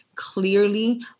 clearly